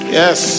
yes